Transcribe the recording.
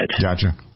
Gotcha